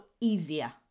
easier